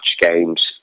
games